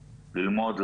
ללמוד,